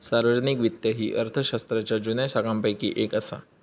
सार्वजनिक वित्त ही अर्थशास्त्राच्या जुन्या शाखांपैकी येक असा